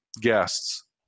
guests